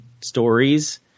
stories